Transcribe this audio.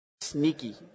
sneaky